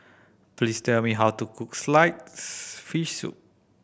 please tell me how to cook sliced fish soup